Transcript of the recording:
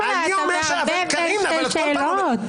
אתה מערבב בין שתי שאלות.